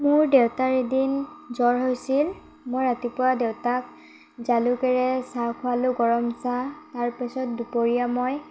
মোৰ দেউতাৰ এদিন জ্বৰ হৈছিল মই ৰাতিপুৱা দেউতাক জালুকেৰে চাহ খোৱালোঁ গৰম চাহ তাৰপাছত দুপৰীয়া মই